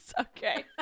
Okay